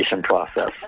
process